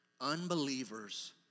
Unbelievers